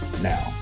now